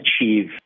achieve